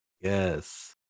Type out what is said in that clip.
Yes